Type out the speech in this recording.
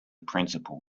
principal